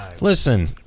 listen